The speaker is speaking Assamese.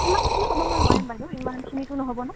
ইমানখিনি কমাব নোৱাৰিম বাইদেউ ইমানখিনিতো নহ'ব ন